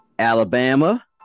Alabama